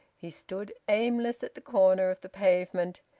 he stood aimless at the corner of the pavement,